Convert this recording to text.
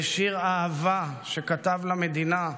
בשיר אהבה שכתב למדינה: